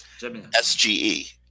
sge